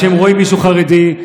כשהם רואים מישהו חרדי,